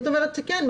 כן.